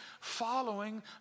following